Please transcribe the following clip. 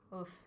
Oof